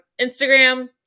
Instagram